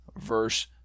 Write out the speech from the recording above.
Verse